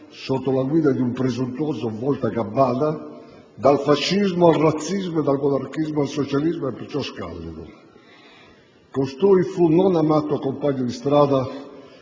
sotto la guida di un presuntuoso voltagabbana (dal fascismo al razzismo e dal monarchismo al socialismo) e perciò squallido. Costui fu non amato «compagno di strada»